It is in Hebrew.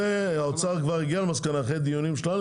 האוצר כבר הגיע למסקנה אחרי דיונים שלנו